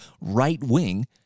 right-wing